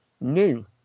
New